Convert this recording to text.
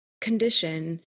condition